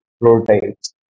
prototypes